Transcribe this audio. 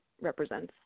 represents